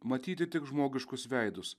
matyti tik žmogiškus veidus